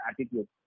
attitude